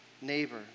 neighbor